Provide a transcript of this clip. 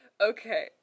Okay